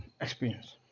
Experience